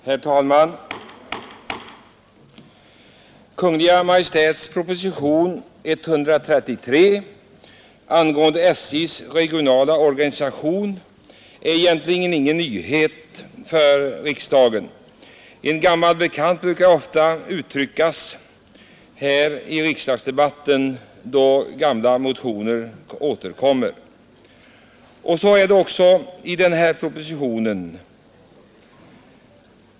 Herr talman! Kungl. Maj:ts proposition 133 angående SJ:s regionala organisation är egentligen ingen nyhet för riksdagen. En gammal bekant, brukar det sägas här i riksdagsdebatten, då samma motioner återkommer. Så är det också med denna proposition.